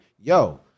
yo